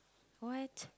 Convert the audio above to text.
what